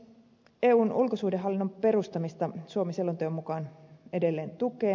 eun ulkosuhdehallinnon perustamista suomi selonteon mukaan edelleen tukee